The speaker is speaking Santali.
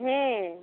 ᱦᱮᱸ